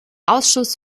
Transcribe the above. ausschuss